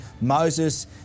Moses